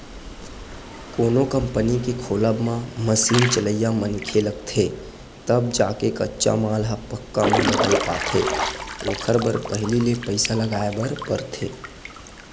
कोनो कंपनी के खोलब म मसीन चलइया मनखे लगथे तब जाके कच्चा माल ह पक्का म बदल पाथे ओखर बर पहिली ले पइसा लगाय बर परथे